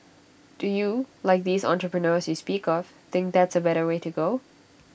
do you like these entrepreneurs you speak of think that's A better way to go